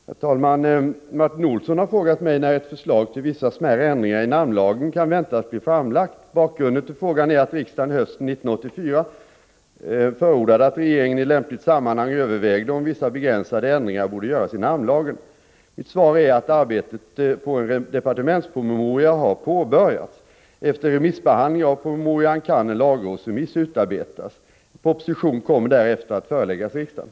Herr talman! Martin Olsson har frågat mig när ett förslag till vissa smärre ändringar i namnlagen kan väntas bli framlagt. Bakgrunden till frågan är att riksdagen hösten 1984 förordade att regeringen i lämpligt sammanhang övervägde om vissa begränsade ändringar borde göras i namnlagen. Mitt svar är att arbetet på en departementspromemoria har påbörjats. Efter remissbehandling av promemorian kan en lagrådsremiss utarbetas. En proposition kommer därefter att föreläggas riksdagen.